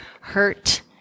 hurt